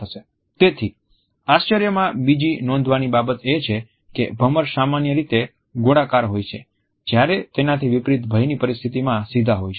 તેથી આશ્ચર્યમાં બીજી નોંધવાની બાબત એ છે કે ભમર સામાન્ય રીતે ગોળાકાર હોય છે જ્યારે તેનાથી વિપરીત ભયની પરિસ્થિતિમાં સીધા હોય છે